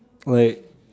like